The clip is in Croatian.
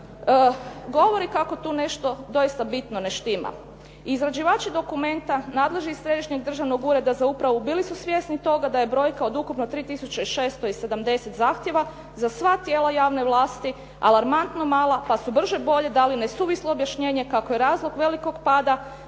govori kako tu nešto doista bitno ne štima. Izrađivači dokumenta nadležnog i središnjeg državnog ureda za upravu bili su svjesni toga da je brojka od ukupno 3670 zahtjeva za sva tijela javne vlasti alarmantno mala, pa su brže bolje dali nesuvislo objašnjenje kako je razlog velikog pada